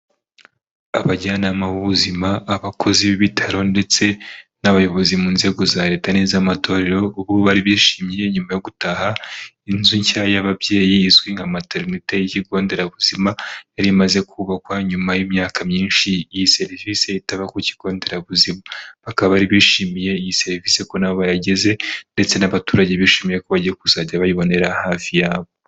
Abajyanama b'ubuzima , abakozi b'ibitaro ndetse n'abayobozi mu nzego za leta n’izamatorero ubu bari bishimye nyuma yo gutaha inzu nshya y'ababyeyi izwi nka materinite y'ibigo nderabuzima yari imaze kubakwa nyuma y'imyaka myinshi iyi serivisi itaba ku kigo nderabuzima bakaba bari bishimiye iyi serivisi ko naho yahageze ndetse n'abaturage bishimiye ko bagiye kuzajya bayibonera hafi yabo.